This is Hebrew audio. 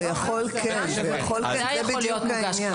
זה יכול כן להיות כלפי קטינים.